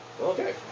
Okay